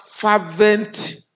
fervent